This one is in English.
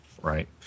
right